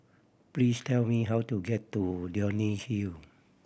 please tell me how to get to Leonie Hill